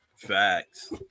Facts